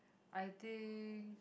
I think